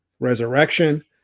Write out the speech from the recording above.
resurrection